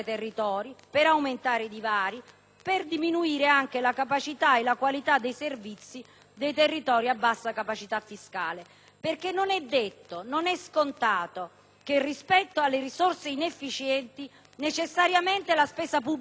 per diminuire anche la capacità e la qualità dei servizi dei territori a bassa capacità fiscale perché non è detto e scontato che, rispetto alle risorse inefficienti, necessariamente la spesa pubblica si possa riconvertire in qualità;